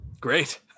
Great